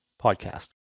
Podcast